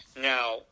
now